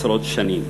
עשרות שנים,